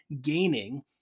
gaining